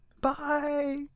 Bye